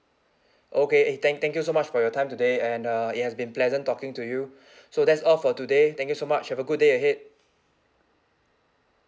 okay eh thank thank you so much for your time today and uh it has been pleasant talking to you so that's all for today thank you so much have a good day ahead